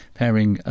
pairing